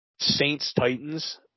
Saints-Titans